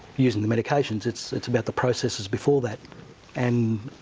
using the medications it's it's about the processes before that and